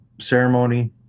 ceremony